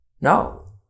No